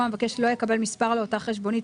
המבקש לא יקבל מספר לאותה חשבונית,